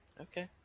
Okay